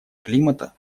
климата